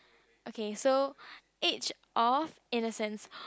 okay so age of innocence